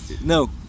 No